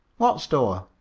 what store?